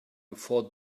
before